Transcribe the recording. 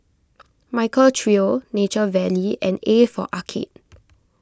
Michael Trio Nature Valley and A for Arcade